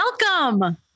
welcome